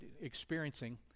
experiencing